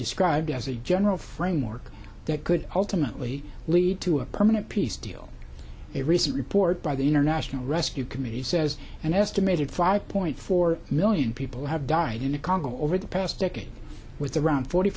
described as a general framework that could ultimately lead to a permanent peace deal a recent report by the international rescue committee says an estimated five point four million people have died in the congo over the past decade with around forty